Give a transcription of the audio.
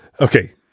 Okay